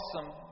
awesome